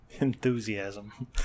Enthusiasm